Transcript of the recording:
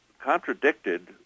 contradicted